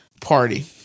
Party